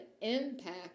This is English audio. impact